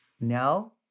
Now